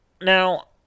Now